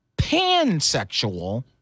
pansexual